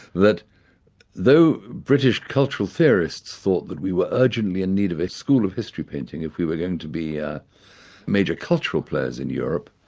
that though british cultural theorists thought that we were urgently in need of a school of history painting if we were going to be ah major cultural players in europe,